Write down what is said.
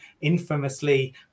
infamously